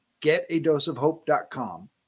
getadoseofhope.com